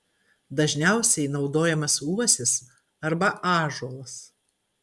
dažniausiai naudojamas uosis arba ąžuolas